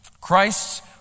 Christ's